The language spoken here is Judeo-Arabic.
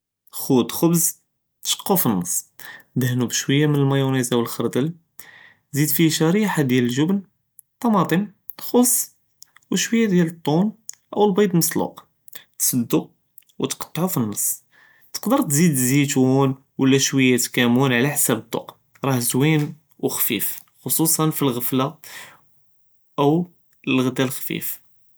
חוד ח׳בז שקּו פנס، דהנו בשוִיָה מַיוֹנֶז אוּ ח׳רְדַל، זיד פיה שרִיחָה דיאל לג׳בּן, טמאטֶם ח׳ס שוִיָה דיאל טוּן، אוּ לבּיד למסלוּק، צְדו וְקַטְעו פנס، תְקְדֶר תְזִיד זיתוּן ולָא שוִי نكون עלא חסאבּ דוק، ראה זווין וְכְפִיף חְ׳צוּסַן פלאע׳פְלה، אוּ לְעְ׳דָא לכְפִיף.